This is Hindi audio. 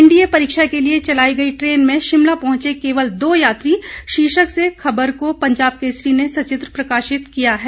एनडीए परीक्षा के लिए चलाई गई ट्रेन में शिमला पहुंचे केवल दो यात्री शीर्षक से खबर को पंजाब केसरी ने सचित्र प्रकाशित किया है